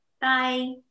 Bye